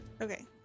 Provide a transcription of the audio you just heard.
Okay